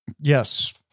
Yes